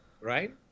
right